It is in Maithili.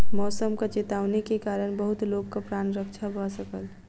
मौसमक चेतावनी के कारण बहुत लोकक प्राण रक्षा भ सकल